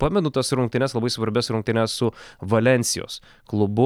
pamenu tas rungtynes labai svarbias rungtynes su valensijos klubu